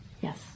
Yes